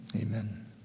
Amen